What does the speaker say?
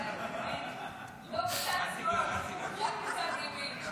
--- לא בצד שמאל, רק בצד ימין.